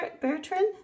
Bertrand